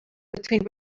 between